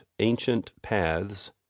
ancientpaths